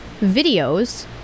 videos